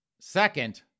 Second